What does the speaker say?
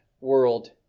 world